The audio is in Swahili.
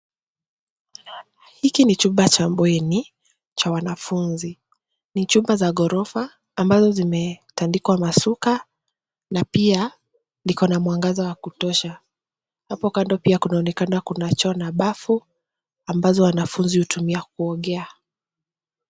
Hiki ni chumba cha bweni cha wanafunzi. Ni chumba za ghorofa ambazo zimetandikwa mashuka na pia viko na mwangaza wa kutosha. Hapo kando pia kunaonekana kuna choo na bafu ambazo wanafunzi hutumia kuogea.